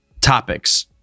topics